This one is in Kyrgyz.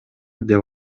деп